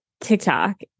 TikTok